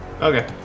Okay